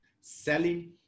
Selling